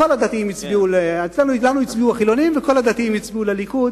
לנו הצביעו החילונים, וכל הדתיים הצביעו לליכוד.